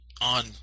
on